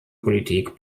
politik